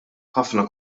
ħafna